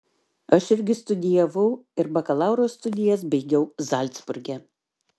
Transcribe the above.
aš irgi studijavau ir bakalauro studijas baigiau zalcburge